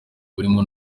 burimo